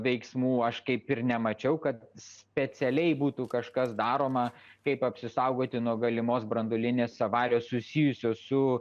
veiksmų aš kaip ir nemačiau kad specialiai būtų kažkas daroma kaip apsisaugoti nuo galimos branduolinės avarijos susijusios su